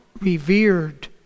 revered